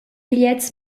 gliez